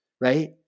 right